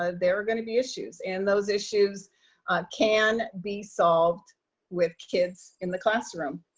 ah there are gonna be issues. and those issues can be solved with kids in the classroom.